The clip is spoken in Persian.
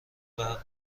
برق